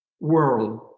world